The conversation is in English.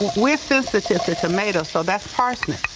we're sensitive to tomato, so that's parsnip.